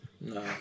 No